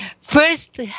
First